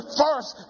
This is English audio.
first